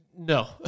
No